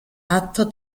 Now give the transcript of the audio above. actos